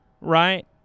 right